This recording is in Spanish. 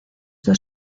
dos